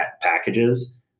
packages